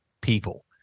people